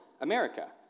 America